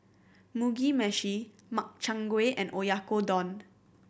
Mugi Meshi Makchang Gui and Oyakodon